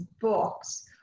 books